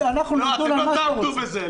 אתם לא תעמדו בזה.